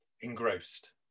engrossed